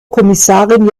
kommissarin